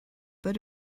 but